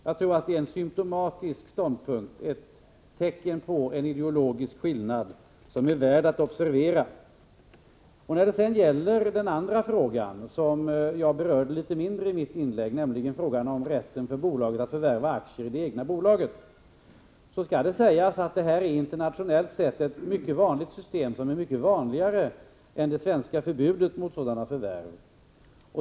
Jag tror att detta är symtomatiskt, ett tecken på en ideologisk skillnad som är värd att observera. När det gäller den andra frågan, som jag berörde mindre ingående i mitt inlägg, nämligen frågan om rätten för bolag att förvärva aktier i det egna bolaget, skall det sägas att detta internationellt sett är ett mycket vanligt system, mycket vanligare än det svenska förbudet mot sådana förvärv.